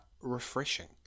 refreshing